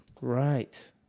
Right